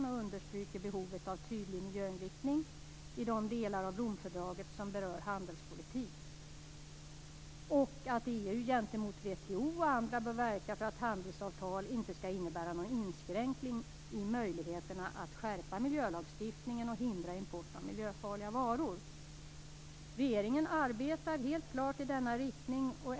Vidare understryks behovet av en tydlig miljöinriktning i de delar av Romfördraget som berör handelspolitik. Dessutom säger man att EU gentemot WTO och andra bör verka för att handelsavtal inte skall innebära någon inskränkning i möjligheterna att skärpa miljölagstiftningen och hindra import av miljöfarliga varor. Regeringen arbetar helt klart i denna riktning.